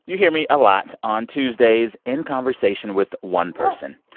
you hear me a lot on tuesdays in conversation with one person.